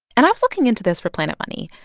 and i was looking into this for planet money.